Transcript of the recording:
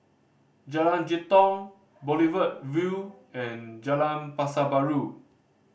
Jalan Jitong Boulevard Vue and Jalan Pasar Baru